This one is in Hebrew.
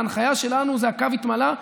ההנחיה שלנו: הקו התמלא,